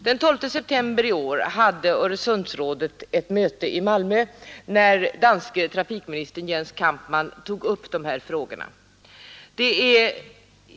Den 12 september i år hade Öresundsrådet ett möte i Malmö, varvid den danske trafikministern Jens Kampmann tog upp de här frågorna.